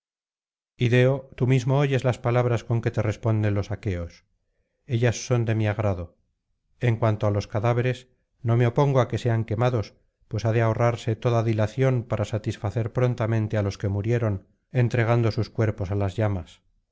td mismo oyes las palabras con que te responden los aqueos ellas son de mi agrado en cuanto á los cadáveres no me opongo á que sean quemados pues ha de ahorrarse toda dilación para satisfacer prontamente á los que murieron entregando sus cuerpos alas llamas